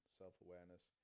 self-awareness